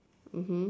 mmhmm